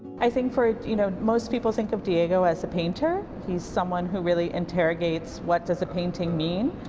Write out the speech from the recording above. i think for, you know, most people think of diego as a painter. he's someone who really interrogates, what does a painting mean?